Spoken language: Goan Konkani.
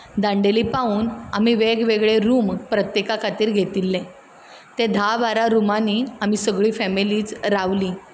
दांडेली पावून आमी वेगळे वेगळे रूम प्रत्येका खातीर घेतिल्ले ते धा बारा रुमांनी आमी सगळी फॅमिलीच रावली